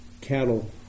cattle